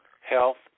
health